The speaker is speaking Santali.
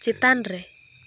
ᱪᱮᱛᱟᱱᱨᱮ